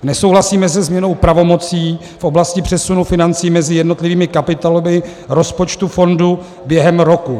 Nesouhlasíme se změnou pravomocí v oblasti přesunu financí mezi jednotlivými kapitolami rozpočtu fondu během roku.